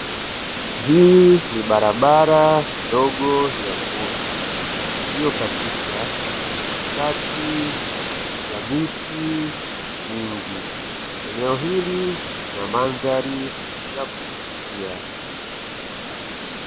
Hii ni barabara ndogo ya vumbi, iliyokatisha katikati ya miti mingi. Eneo hili lina mandhari ya kuvutia.